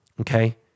Okay